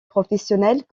professionnelle